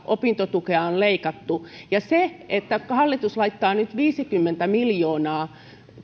opintotukea on leikattu se että hallitus laittaa nyt viisikymmentä miljoonaa